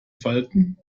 falten